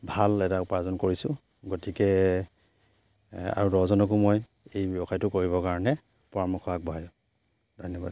ভাল এটা উপাৰ্জন কৰিছোঁ গতিকে আৰু দহজনকো মই এই ব্যৱসায়টো কৰিবৰ কাৰণে পৰামৰ্শ আগবঢ়াইছোঁ ধন্যবাদ